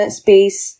space